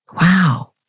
Wow